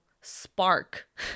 spark